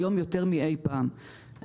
היום יותר מאי פעם.